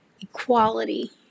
Equality